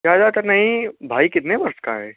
ज़्यादा का नहीं भाई कितने वर्ष का है